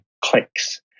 clicks